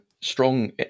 Strong